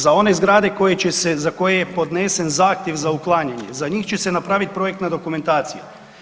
Za one zgrade koje će se, za koje je podnesen zahtjev za uklanjanje, za njih će se napravit projektna dokumentacija.